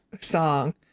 song